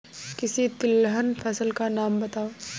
किसी तिलहन फसल का नाम बताओ